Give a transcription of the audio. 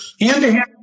Hand-to-hand